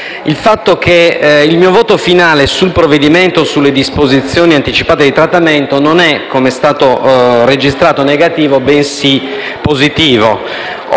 il fatto che il mio voto finale sul provvedimento sulle disposizioni anticipate di trattamento non è, come è stato registrato, negativo, bensì positivo.